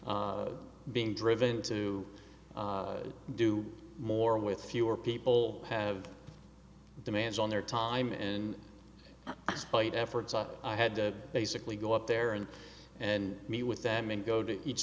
being driven to do more with fewer people have demands on their time and light efforts up i had to basically go up there and and meet with them and go to each